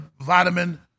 vitamin